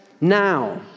now